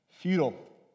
Feudal